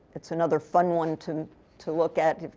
it's another fun one to to look at,